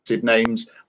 names